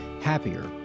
happier